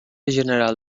general